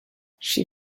she